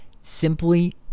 Simply